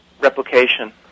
replication